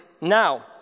Now